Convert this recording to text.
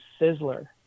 Sizzler